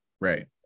Right